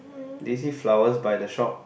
do you see flowers by the shop